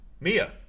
Mia